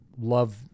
love